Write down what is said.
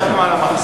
הלכנו על המחזור,